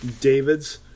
David's